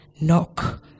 Knock